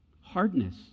Hardness